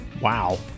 Wow